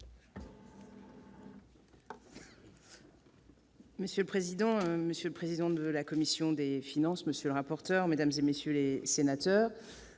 Monsieur le président, madame la présidente de la commission des finances, monsieur le rapporteur, mesdames, messieurs les sénateurs,